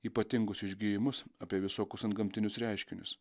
ypatingus išgijimus apie visokius antgamtinius reiškinius